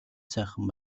сайхан